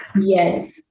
Yes